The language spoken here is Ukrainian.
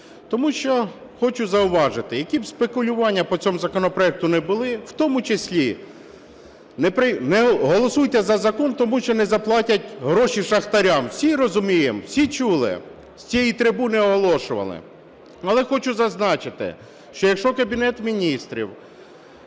тому що, хочу зауважити, які б спекулювання по цьому законопроекту не були, в тому числі голосуйте за закон, тому що не заплатять гроші шахтарям. Всі розуміємо, всі чули, з цієї трибуни оголошували. Але хочу зазначити, що якщо Кабінет Міністрів